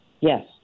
Yes